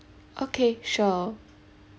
okay sure